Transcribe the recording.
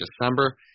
December